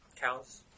Cows